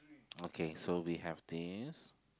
okay so we have this